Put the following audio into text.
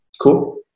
Cool